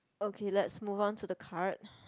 okay let's move on to the card